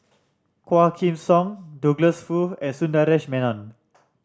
Quah Kim Song Douglas Foo and Sundaresh Menon